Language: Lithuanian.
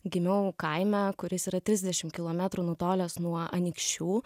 gimiau kaime kuris yra trisdešimt kilometrų nutolęs nuo anykščių